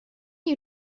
you